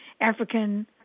African